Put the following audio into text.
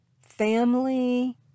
family